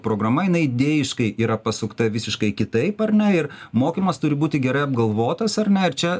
programa jinai idėjiškai yra pasukta visiškai kitaip ar ne ir mokymas turi būti gerai apgalvotas ar ne ir čia